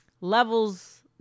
levels